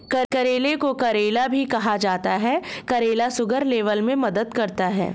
करेले को करेला भी कहा जाता है करेला शुगर लेवल में मदद करता है